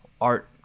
art